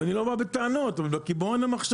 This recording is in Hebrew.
ואני לא בא בטענות, אבל בקיבעון המחשבתי,